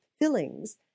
fillings